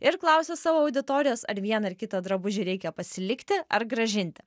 ir klausia savo auditorijos ar vieną ar kitą drabužį reikia pasilikti ar grąžinti